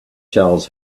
charles